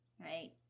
right